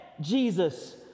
jesus